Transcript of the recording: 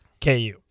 KU